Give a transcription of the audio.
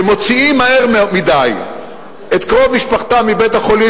שמוציאים מהר מדי את קרוב משפחתם מבית-החולים,